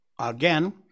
Again